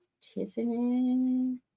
Tiffany